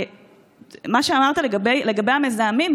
מה שאמרת על המזהמים,